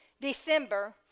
December